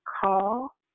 call